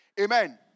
Amen